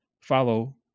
follow